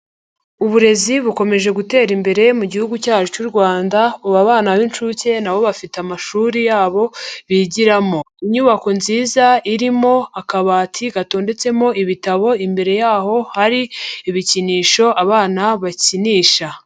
Uburezi bukomeje gutera imbere mu gihugu cyacu cy'u Rwanda, ubu abana b'inshuke nabo bafite amashuri yabo bigiramo, inyubako nziza irimo akabati gatondetsemo ibitabo, imbere yaho hari ibikinisho abana bakinisha.